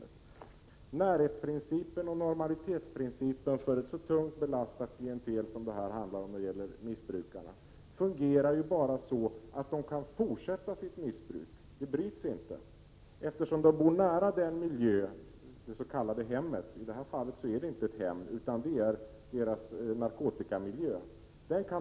83 Närhetsprincipen och normalitetsprincipen för ett så tungt belastat klientel som missbrukarna fungerar bara så att de kan fortsätta sitt missbruk, eftersom de bor nära det s.k. hemmet — i detta fall är det inte ett hem — dvs. narkotikamiljön.